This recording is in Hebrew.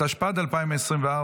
התשפ"ד 2024,